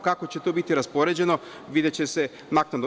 Kako će to biti raspoređeno videće se naknadno.